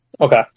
Okay